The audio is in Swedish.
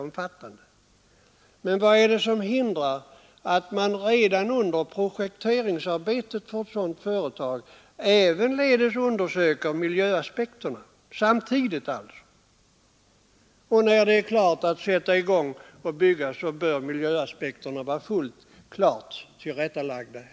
Men vad hindrar att man samtidigt med projekteringsarbetet för en sådan anläggning undersöker miljöaspekterna? När det är klart att sätta i gång att bygga bör på så sätt miljöaspekterna vara fullt klart tillrättalagda.